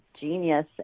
genius